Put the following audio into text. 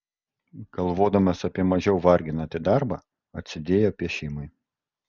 galvodamas apie mažiau varginantį darbą atsidėjo piešimui